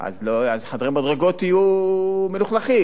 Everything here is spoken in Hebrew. חדרי המדרגות יהיו מלוכלכים,